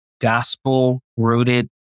gospel-rooted